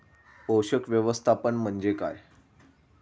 पोषक व्यवस्थापन म्हणजे काय?